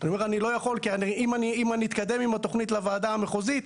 אני אומר שאני לא יכול כי אם אני אתקדם עם התוכנית לוועדה המחוזית,